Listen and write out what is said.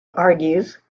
argues